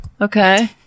Okay